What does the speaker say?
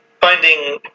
finding